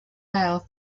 bale